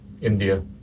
India